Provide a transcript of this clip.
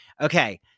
okay